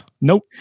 Nope